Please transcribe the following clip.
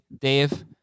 Dave